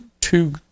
two